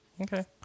Okay